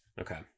Okay